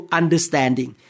understanding